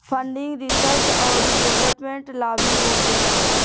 funding research औरी development ला भी होखेला